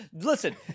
Listen